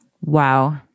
Wow